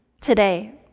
Today